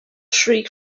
shriek